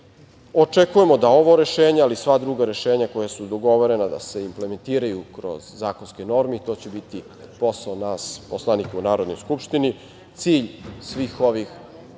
izbore. Očekujemo da ovo rešenje, ali i sva druga rešenja koja su dogovorena da se implementiraju kroz zakonske norme i to će biti posao nas poslanika u Narodnoj skupštini. Cilj svih ovih